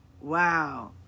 wow